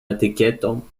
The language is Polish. etykietą